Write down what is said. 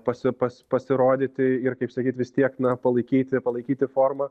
pasi pas pasirodyti ir kaip sakyt vis tiek na palaikyti palaikyti formą